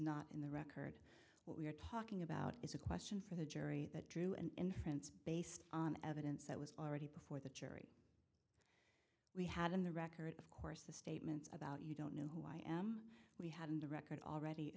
not in the record what we are talking about is a question for the jury that drew and inference based on evidence that was already before that we had in the record of course the statements about you don't know who i am we had in the record already